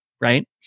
right